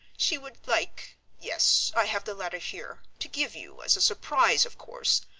she would like yes, i have the letter here to give you, as a surprise, of course,